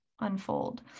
unfold